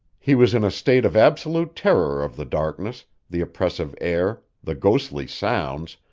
he was in a state of absolute terror of the darkness, the oppressive air, the ghostly sounds,